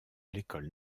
l’école